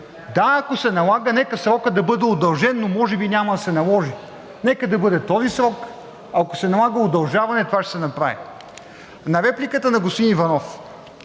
Да, ако се налага, нека срокът да бъде удължен, но може би няма да се наложи. Нека да бъде този срок, ако се налага удължаване, това ще се направи. На репликата на господин Иванов.